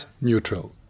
neutral